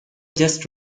just